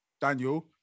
Daniel